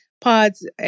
pods